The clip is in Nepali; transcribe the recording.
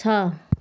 छ